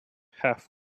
half